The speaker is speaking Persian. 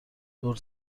دور